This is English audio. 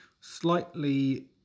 slightly